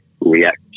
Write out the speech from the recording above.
react